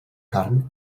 carn